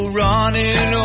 running